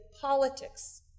politics